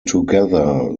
together